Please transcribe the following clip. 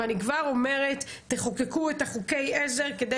אני כבר אומרת: תחוקקו את חוקי העזר כדי